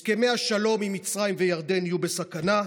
הסכמי השלום עם מצרים וירדן יהיו בסכנה,